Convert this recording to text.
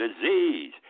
disease